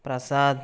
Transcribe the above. Prasad